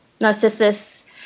Narcissus